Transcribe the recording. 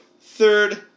third